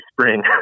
spring